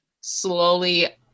slowly